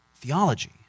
Theology